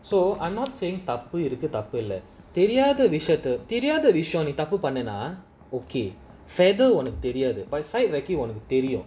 so I'm not saying தப்புஇருக்குதப்புஇல்லதெரியாதவிசயத்துலநீதப்புபண்ணா:thappu iruku thappu illa theriatha visayathula nee thappu panna okay உனக்குதெரியாது:unaku theriathu site recce உனக்குதெரியும்:unaku therium